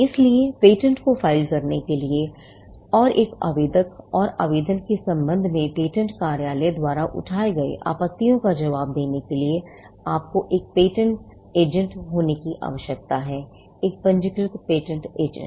इसलिए पेटेंट को फाइल करने के लिए और एक आवेदकऔर आवेदन के संबंध में पेटेंट कार्यालय द्वारा उठाए गए आपत्तियों का जवाब देने के लिए आपको एक पेटेंट एजेंट होने की आवश्यकता है एक पंजीकृत पेटेंट एजेंट